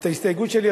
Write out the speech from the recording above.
את ההסתייגות שלי,